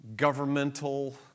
Governmental